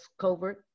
covert